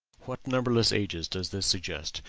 what numberless ages does this suggest?